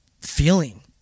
feeling